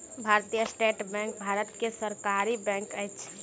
भारतीय state bank Bharat के सरकारी बैंक अछि